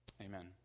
Amen